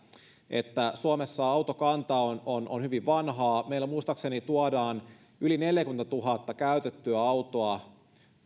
että suomessa autokanta on on hyvin vanhaa meille muistaakseni tuodaan yli neljäkymmentätuhatta käytettyä autoa